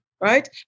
right